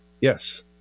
yes